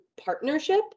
partnership